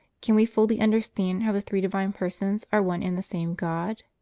can we fully understand how the three divine persons are one and the same god?